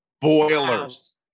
boilers